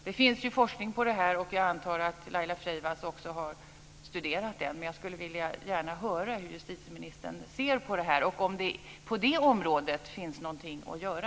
Det finns forskning på detta, och jag antar att Laila Freivalds också har studerat den. Jag skulle gärna höra hur justitieministern ser på detta och om det på det området finns någonting att göra.